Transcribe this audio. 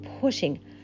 pushing